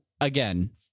again